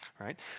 right